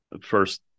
first